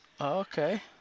Okay